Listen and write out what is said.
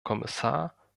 kommissar